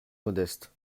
modestes